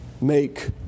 make